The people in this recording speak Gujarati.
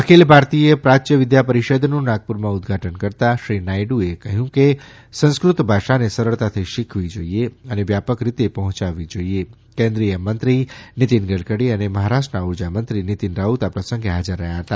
અખિલ ભારતીય પ્રાચ્યવિધા પરિષદનું નાગપુરમાં ઉદ્વાટન કરાતાં નાયડુએ કહ્યું કે સંસ્કૃતભાષાને સરળતાથી શીખવવી જોઈએ અને વ્યાપક રીતે પહોંચાવી જોઈએ કેન્દ્રીય મંત્રી શ્રી નીતીન ગડકરી અને મહારાષ્ટ્રના ઉર્જામંત્રી નિતીન રાઉત આ પ્રસંગે હાજર રહ્યા હતા